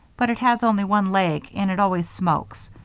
but it has only one leg and it always smokes.